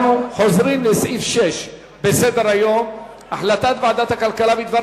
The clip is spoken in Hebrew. אנחנו חוזרים לסעיף 6 בסדר-היום: החלטת ועדת הכלכלה בדבר